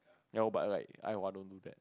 ya but like Ai Hua don't do that